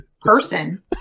person